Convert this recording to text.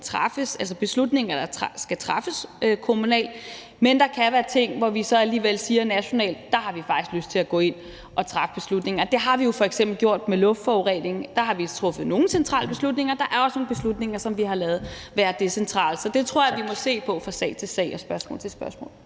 er, at så mange beslutninger som muligt skal træffes kommunalt, men at der kan være ting, hvor vi så alligevel siger nationalt, at der har vi faktisk lyst til at gå ind og træffe beslutningen. Og det har vi jo f.eks. gjort med luftforureningen – der har vi truffet nogle centrale beslutninger, og der er også nogle beslutninger, som vi har ladet være decentrale. Så det tror jeg vi må se på fra sag til sag og fra spørgsmål til spørgsmål.